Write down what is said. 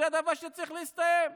זה דבר שצריך להסתיים.